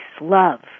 love